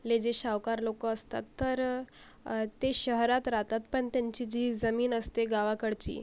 ले जे सावकार लोकं असतात तर ते शहरात राहतात पण त्यांची जी जमीन असते गावाकडची